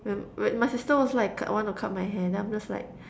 my my sister was like I wanna cut my hair then I am just like